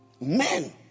Men